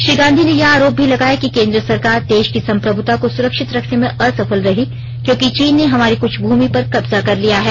श्री गांधी ने यह आरोप भी लगाया कि केंद्र सरकार देश की सम्प्रभुता को सुरक्षित रखने में असफल रही क्योंकि चीन ने हमारी कुछ भूमि पर कब्जा कर लिया है